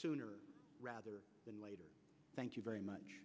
sooner rather than later thank you very much